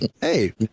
Hey